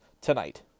tonight